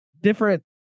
different